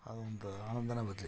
ಆ ಒಂದು ಆನಂದನೇ ಬದ್ಲು